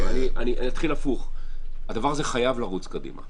אתחיל הפוך: הדבר הזה חייב לרוץ קדימה.